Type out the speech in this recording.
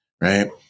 right